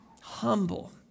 Humble